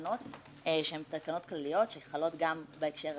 תקנות שהן תקנות כלליות שחלות גם בהקשר הזה.